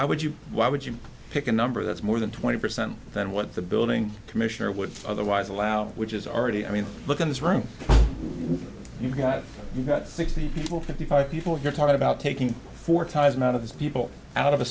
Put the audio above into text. why would you why would you pick a number that's more than twenty percent than what the building commissioner would otherwise allow which is already i mean look at this room you've got you've got sixty people fifty five people you're talking about taking four times not of this people out of a